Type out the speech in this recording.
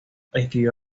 escribió